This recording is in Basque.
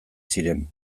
ziren